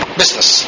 business